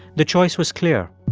the choice was clear